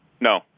No